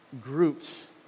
groups